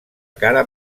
cara